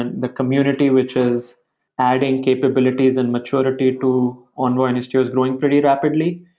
and the community which is adding capabilities and maturity to envoy industry is growing pretty rapidly,